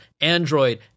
Android